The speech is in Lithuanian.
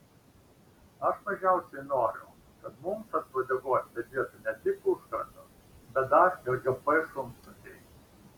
aš mažiausiai noriu kad mums ant uodegos sėdėtų ne tik užkratas bet dar ir gp šunsnukiai